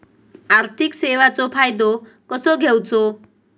आर्थिक सेवाचो फायदो कसो घेवचो?